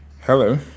Hello